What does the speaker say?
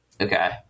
Okay